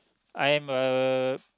I'm a